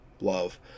love